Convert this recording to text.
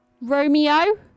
Romeo